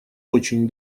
очень